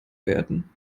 werden